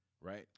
right